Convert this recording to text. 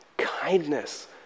Kindness